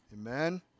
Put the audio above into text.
Amen